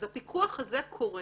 אז הפיקוח הזה קורה.